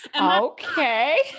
Okay